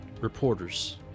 reporters